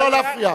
לא להפריע.